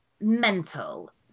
mental